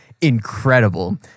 incredible